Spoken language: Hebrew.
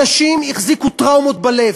אנשים החזיקו טראומות בלב.